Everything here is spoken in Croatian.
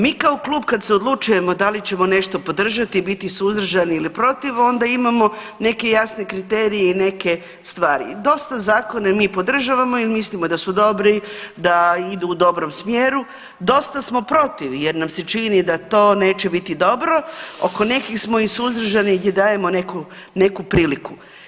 Mi kao klub kad se odlučujemo da li ćemo nešto podržati i biti suzdržani ili protiv onda imamo neke jasne kriterije i neke stvari i dosta zakona mi podržavamo jel mislimo da su dobri, da idu u dobrom smjeru, dosta smo protiv jer nam se čini da to neće biti dobro, oko nekih smo i suzdržani gdje dajemo neku, neku priliku.